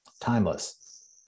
Timeless